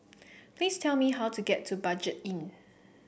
please tell me how to get to Budget Inn